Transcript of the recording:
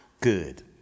good